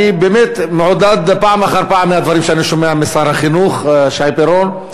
אני באמת מעודד פעם אחר פעם מהדברים שאני שומע משר החינוך שי פירון.